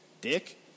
Dick